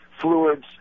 fluids